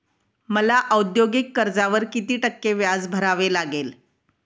मला औद्योगिक कर्जावर किती टक्के व्याज भरावे लागेल?